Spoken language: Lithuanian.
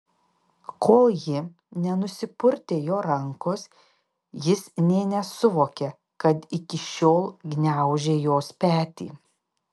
kol ji nenusipurtė jo rankos jis nė nesuvokė kad iki šiol gniaužė jos petį